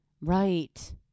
Right